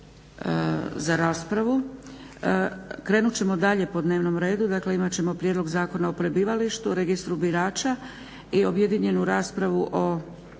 za raspravu krenut ćemo dalje po dnevnom redu, dakle imat ćemo Prijedlog zakona o prebivalištu, registru birača i objedinjenu raspravu o